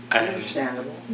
understandable